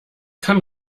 kann